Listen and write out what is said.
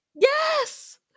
Yes